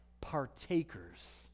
partakers